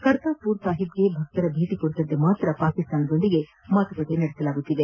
ಕರ್ತಾರ್ಪುರ್ ಸಾಹೀಬ್ಗೆ ಭಕ್ತರ ಭೇಟಿ ಕುರಿತಂತೆ ಮಾತ್ರ ಪಾಕಿಸ್ತಾನದೊಂದಿಗೆ ಮಾತುಕತೆ ನಡೆಸಲಾಗುತ್ತಿದೆ